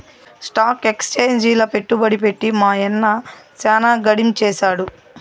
stock ఎక్సేంజిల పెట్టుబడి పెట్టి మా యన్న సాన గడించేసాడు